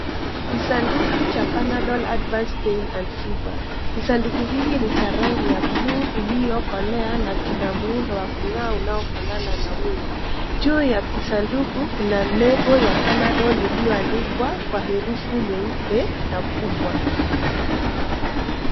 Kisanduku cha Panadol Advance Pain and Fever. Kisanduku hiki ni cha rangi ya buluu iliyokolea na kina muundo wa kung'aa unaofanana na wimbi. Juu ya kisanduku kuna nembo ya Panadol iliyoandikwa kwa herufi nyeupe na kubwa.